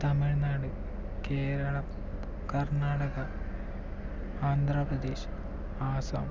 Tamil Nadu Keralam Karnataka Andhra Pradesh Assam